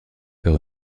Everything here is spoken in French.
par